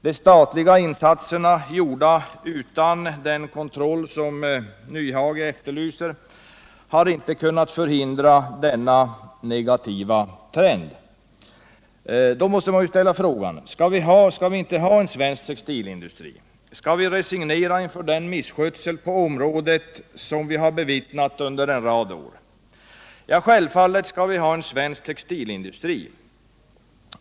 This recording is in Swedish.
De statliga insatserna, gjorda utan den kontroll som Hans Nyhage efterlyser, har inte kunnat förhindra denna negativa trend. Då måste man ställa frågan: Skall vi inte ha en svensk textilindustri? Skall vi resignera inför den misskötsel på området som vi har bevittnat underen rad år? Självfallet skall vi ha en svensk textilindustri.